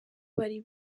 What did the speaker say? bari